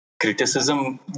criticism